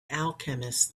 alchemist